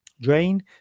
drain